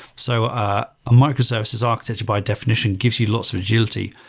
so ah a microservices architecture by definition gives you lots of agility.